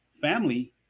family